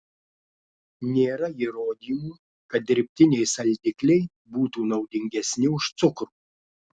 nėra įrodymų kad dirbtiniai saldikliai būtų naudingesni už cukrų